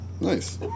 Nice